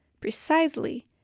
precisely